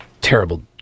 terrible